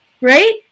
Right